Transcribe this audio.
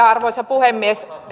arvoisa puhemies